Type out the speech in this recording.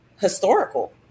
historical